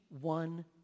one